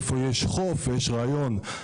איפה יש חוף מונגש.